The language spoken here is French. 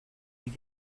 est